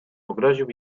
pogroził